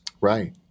Right